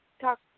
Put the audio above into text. talk